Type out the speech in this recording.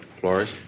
Flores